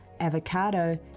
avocado